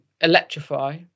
electrify